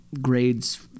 grades